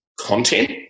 content